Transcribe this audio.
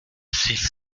six